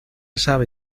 sabe